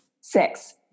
six